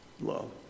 Love